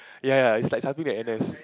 ya ya is like something like n_s